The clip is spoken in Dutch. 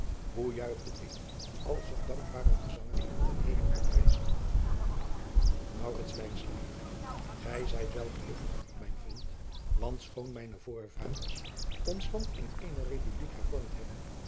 hoe juichte ik als er dankbare gezangen ten hemel oprezen adriaan loosjes pzn het leven van maurits lijnslager maurits lijnslager gij zijt wel gelukkig mijn vriend want schoon mijne voorvaders ons land in eene republiek hervormd hebben